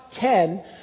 ten